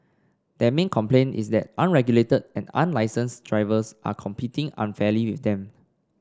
their main complaint is that unregulated and unlicensed drivers are competing unfairly with them